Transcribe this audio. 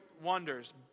wonders